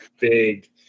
big